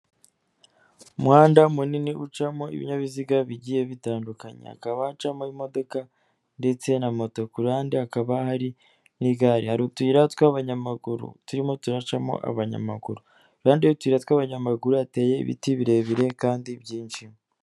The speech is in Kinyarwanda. Umuhanda munini ucamo ibinyabiziga bigiye bitandukanya, hakaba hacamo imodoka ndetse na moto, ku ruhande hakaba hari n'igare, hari utuyira tw'abanyamaguru turimo turacamo abanyamaguru, turimo turacamo abanyamaguru, iruhande rw'utuyira tw'abanyamaguru hateye ibiti birebire kandi byinshi.